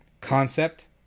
concept